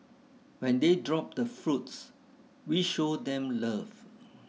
when they drop the fruits we show them love